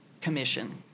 commission